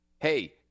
Hey